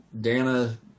Dana